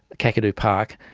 kakadu park,